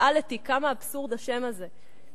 ריאליטי, כמה אבסורדי השם הזה.